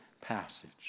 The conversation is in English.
passage